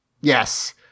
Yes